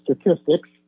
statistics